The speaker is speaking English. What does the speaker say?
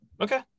Okay